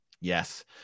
yes